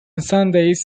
sundays